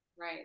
Right